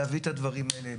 להביא את הדברים האלה,